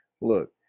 Look